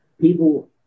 people